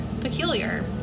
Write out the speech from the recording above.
peculiar